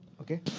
Okay